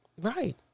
Right